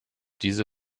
diese